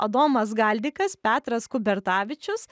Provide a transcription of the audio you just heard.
adomas galdikas petras kubertavičius